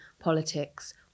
politics